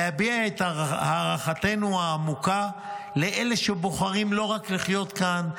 להביע את הערכתנו העמוקה לאלה שבוחרים לא רק לחיות כאן,